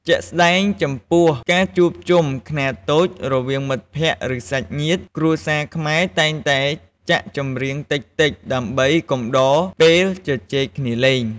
ជាក់ស្ដែង ចំពោះការជួបជុំខ្នាតតូចរវាងមិត្តភក្តិ ឬ សាច់ញាតិ គ្រួសារខ្មែរតែងតែចាក់ចម្រៀងតិចៗ ដើម្បីកំដរពេលជជែកគ្នាលេង។